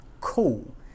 cool